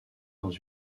dans